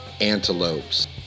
Antelopes